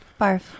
Barf